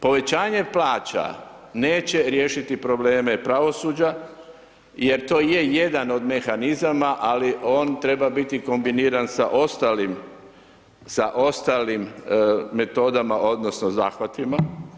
Povećanje plaća neće riješiti probleme pravosuđa jer to je jedan od mehanizama, ali on treba biti kombiniran sa ostalim metodama odnosno zahvatima.